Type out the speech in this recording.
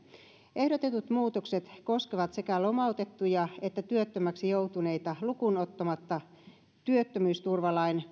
ehdotetut muutokset koskevat sekä lomautettuja että työttömäksi joutuneita lukuun ottamatta työttömyysturvalain